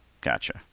Gotcha